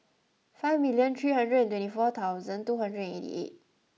five million three hundred and twenty four thousand two hundred and eighty eight